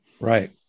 Right